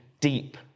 deep